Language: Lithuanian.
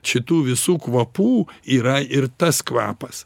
šitų visų kvapų yra ir tas kvapas